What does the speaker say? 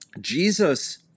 jesus